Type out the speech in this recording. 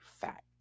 Fact